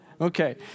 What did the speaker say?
Okay